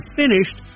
finished